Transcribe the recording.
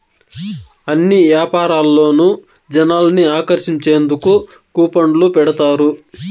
అన్ని యాపారాల్లోనూ జనాల్ని ఆకర్షించేందుకు కూపన్లు పెడతారు